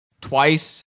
twice